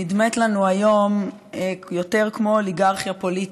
היא נדמית לנו היום יותר כמו אוליגרכיה פוליטית,